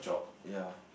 ya